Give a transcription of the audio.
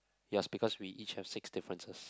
it was because we each have six differences